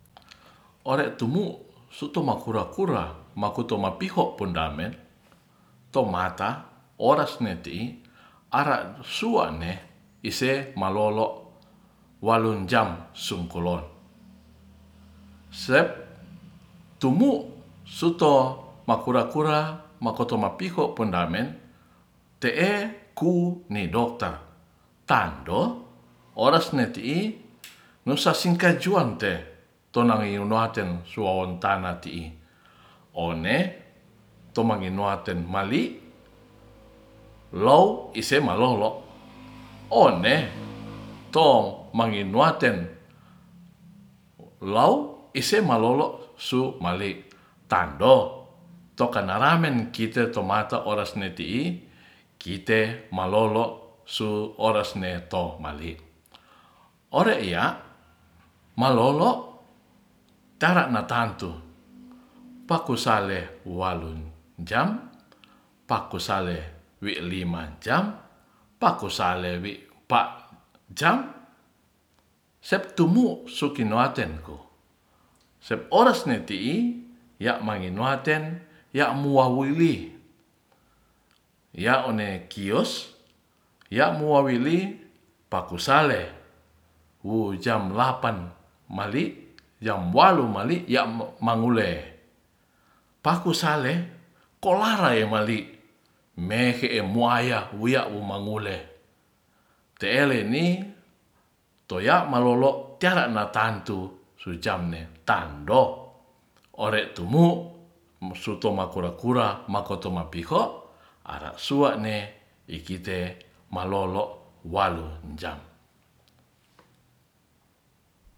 Ore tuwu sutu mo kura-kura makuto mapiho pundamen tomata oras meti ara sua'ne ise malolo waleng jam sung kolon se tumu suto makura-kura makoto mapiho pondamen te'e ku medota tando ores ne ti'i nusa singka juang te tonange nuaten son tanah ti'i one tomangi noaten mali lou ise malolo obe ton mangimuaten lau ise malolo su mali tando tokanalan kite to mato oras ne ti'i kite malolo su oras ne to mali ore ya malolo tara na tantu poku sale walun jam taku sale wi lima jam taku sale wi pat jam setumu sukinuaten sepores ne ti'i ya mange nate ya muawili ya one kios ya muawili paku sale wu jam lapan mali yamalu mali ya mangulepaku sale koala e mali mehe e muaya eiya mangule te'eleni toya malolo tera na tantu sui jam ne tando ore tunu musuto ma kura-kura makoto mapiho ara suane ikite malolo walu jam